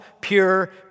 pure